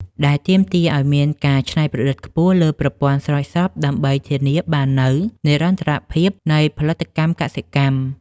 ដែលទាមទារឱ្យមានការច្នៃប្រឌិតខ្ពស់លើប្រព័ន្ធស្រោចស្រពដើម្បីធានាបាននូវនិរន្តរភាពនៃផលិតកម្មកសិកម្ម។